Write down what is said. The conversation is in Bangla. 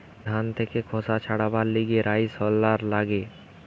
ধান থেকে খোসা ছাড়াবার লিগে রাইস হুলার লাগে